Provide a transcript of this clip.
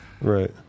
Right